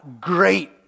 great